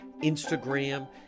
instagram